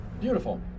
Beautiful